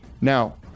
Now